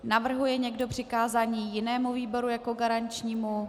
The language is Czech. Navrhuje někdo přikázání jinému výboru jako garančnímu?